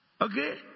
okay